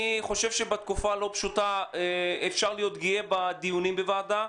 אני חושב שבתקופה הלא פשוטה הזאת אפשר להיות גאים בדיונים בוועדה.